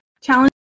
challenge